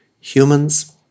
humans